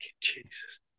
Jesus